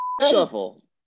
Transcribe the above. shuffle